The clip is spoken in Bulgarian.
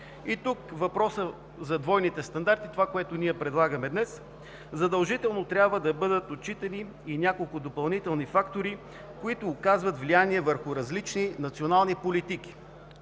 е и въпросът за двойните стандарти – това, което ние предлагаме днес. Задължително трябва да бъдат отчитани и няколко допълнителни фактора, които оказват влияние върху различни национални политики.